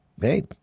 hey